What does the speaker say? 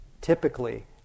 typically